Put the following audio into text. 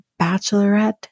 Bachelorette